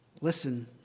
listen